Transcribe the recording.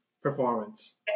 Performance